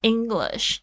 English